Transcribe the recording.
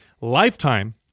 lifetime